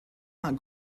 not